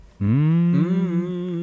Mmm